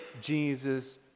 Jesus